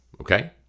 okay